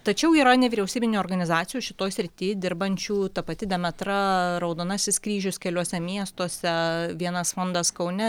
tačiau yra nevyriausybinių organizacijų šitoj srity dirbančių ta pati demetra raudonasis kryžius keliuose miestuose vienas fondas kaune